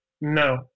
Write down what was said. No